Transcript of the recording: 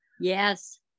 Yes